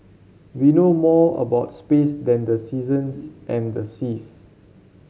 we know more about space than the seasons and the seas